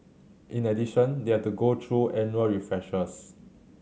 in addition they have to go through annual refreshers